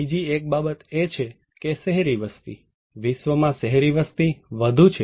બીજી એક બાબત એ છે કે શહેરી વસ્તી વિશ્વમાં શહેરી વસ્તી વધુ છે